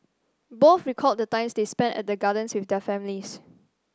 both recalled the times they spent at the gardens with their families